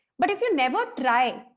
but if you never try,